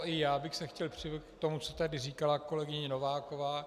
I já bych se chtěl připojit k tomu, co tady říkala kolegyně Nováková.